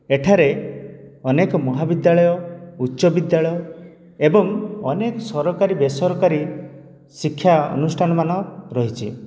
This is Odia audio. ଏଠାରେ ଅନେକ ମହାବିଦ୍ୟାଳୟ ଉଚ୍ଚବିଦ୍ୟାଳୟ ଏବଂ ଅନେକ ସରକାରୀ ବେସରକାରୀ ଶିକ୍ଷା ଅନୁଷ୍ଠାନ ମାନ ରହିଛି